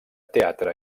teatre